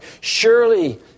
Surely